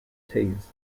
tees